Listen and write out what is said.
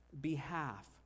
behalf